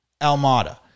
Almada